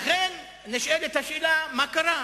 לכן, נשאלת השאלה, מה קרה?